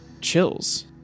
chills